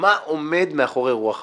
מה עומד מאחורי רוח החוק,